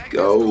go